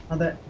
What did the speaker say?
the